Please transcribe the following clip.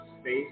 space